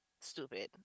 stupid